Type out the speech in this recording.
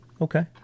Okay